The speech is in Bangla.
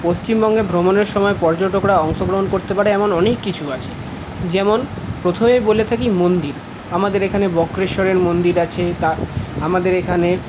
পশ্চিমবঙ্গে ভ্রমণের সময় পর্যটকরা অংশগ্রহণ করতে পারে এমন অনেক কিছু আছে যেমন প্রথমেই বলে থাকি মন্দির আমাদের এখানে বক্রেশ্বরের মন্দির আছে তা আমাদের এখানে